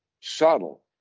subtle